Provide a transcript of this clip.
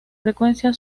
frecuencia